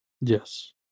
Yes